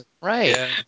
Right